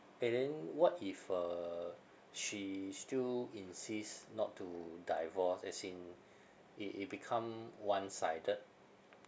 and then what if uh she still insist not to divorce as in i~ it become one sided